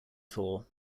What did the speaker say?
tour